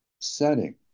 setting